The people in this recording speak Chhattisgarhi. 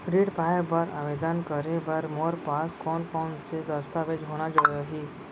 ऋण पाय बर आवेदन करे बर मोर पास कोन कोन से दस्तावेज होना चाही?